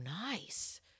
nice